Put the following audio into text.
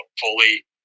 fully